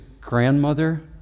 grandmother